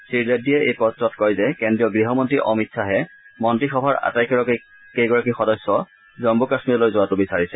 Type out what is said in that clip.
শ্ৰীৰেড্ডীয়ে এই পত্ৰত কয় যে কেন্দ্ৰীয় গৃহমন্নী অমিত খাহে মন্ত্ৰীসভাৰ আটাইকেইগৰাকী সদস্য জম্মু কাশ্মীৰলৈ যোৱাটো বিচাৰিছে